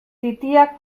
titiak